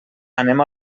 anem